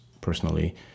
personally